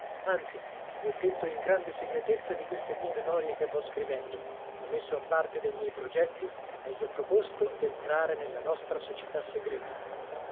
anzi gli ho detto in grande segretezza di queste mie memorie che vo scrivendo l'ho messo a parte dei miei progetti e gli ho proposto d'entrare nella nostra società segreta